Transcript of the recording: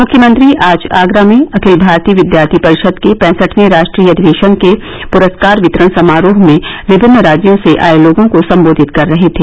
मुख्यमंत्री आज आगरा में अखिल भारतीय विद्यार्थी परिषद के पैंसठवें राष्ट्रीय अधिवेशन के पुरस्कार वितरण समारोह में विभिन्न राज्यों से आये लोगों को सम्बोधित कर रहे थे